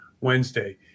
Wednesday